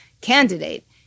candidate